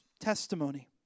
testimony